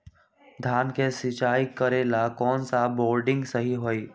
धान के सिचाई करे ला कौन सा बोर्डिंग सही होई?